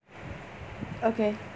okay